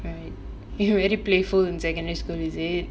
right you were very playful in secondary school is it